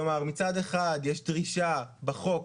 מצד אחד יש דרישה בחוק,